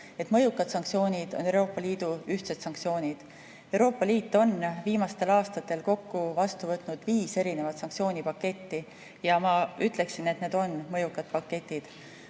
et mõjukad sanktsioonid on Euroopa Liidu ühtsed sanktsioonid. Euroopa Liit on viimastel aastatel kokku vastu võtnud viis erinevat sanktsioonipaketti ja ma ütleksin, et need on mõjukad paketid.